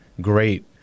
great